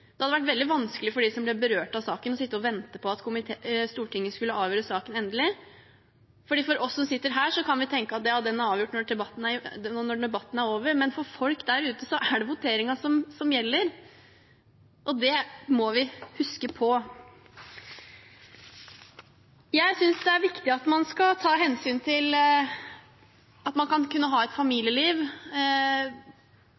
Det hadde skapt et press for å få endret utfallet av saken. Det hadde vært veldig vanskelig for dem som ble berørt av saken, å sitte og vente på at Stortinget endelig skulle avgjøre saken. Vi som sitter her, kan tenke at saken er avgjort når debatten er over, men for folk der ute er det voteringen som gjelder. Det må vi huske på. Jeg synes det er viktig å ta hensyn til at man skal kunne ha et familieliv, at man skal ta hensyn til